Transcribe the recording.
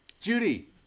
Judy